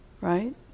right